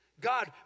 God